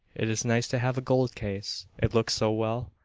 it is nice to have a gold case, it looks so well.